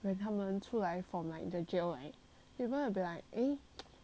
when 他们出来 from like the jail right you going to be like eh